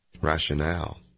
Rationale